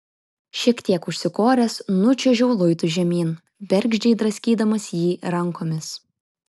šiek tiek užsikoręs nučiuožiau luitu žemyn bergždžiai draskydamas jį rankomis